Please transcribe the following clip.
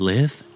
Live